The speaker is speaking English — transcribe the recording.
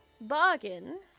bargain